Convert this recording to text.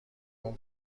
اون